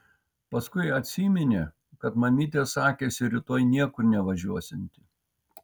paskui atsiminė kad mamytė sakėsi rytoj niekur nevažiuosianti